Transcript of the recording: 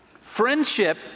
Friendship